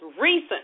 recent